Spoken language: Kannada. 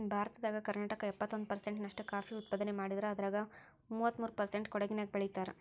ಭಾರತದಾಗ ಕರ್ನಾಟಕ ಎಪ್ಪತ್ತೊಂದ್ ಪರ್ಸೆಂಟ್ ನಷ್ಟ ಕಾಫಿ ಉತ್ಪಾದನೆ ಮಾಡಿದ್ರ ಅದ್ರಾಗ ಮೂವತ್ಮೂರು ಪರ್ಸೆಂಟ್ ಕೊಡಗಿನ್ಯಾಗ್ ಬೆಳೇತಾರ